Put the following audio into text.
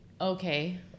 Okay